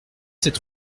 sept